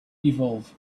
evolve